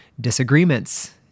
disagreements